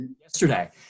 yesterday